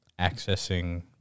accessing